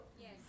Yes